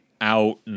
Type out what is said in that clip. out